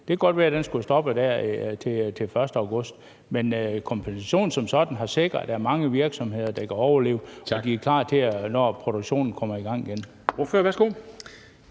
Det kan godt være, at den skulle have stoppet der til den 1. august. Men kompensationen som sådan har sikret, at der er mange virksomheder, der kan overleve, og at de er klar, når produktionen kommer i gang igen.